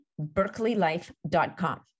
berkeleylife.com